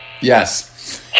Yes